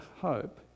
hope